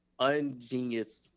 ungenius